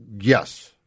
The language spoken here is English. Yes